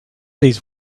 these